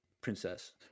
Princess